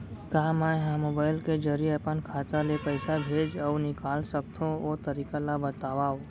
का मै ह मोबाइल के जरिए अपन खाता ले पइसा भेज अऊ निकाल सकथों, ओ तरीका ला बतावव?